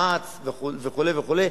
מע"צ וכו' וכו',